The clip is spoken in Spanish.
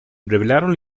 revelaron